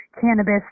cannabis